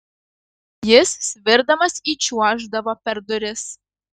jis svirdamas įčiuoždavo per duris